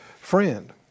friend